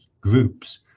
groups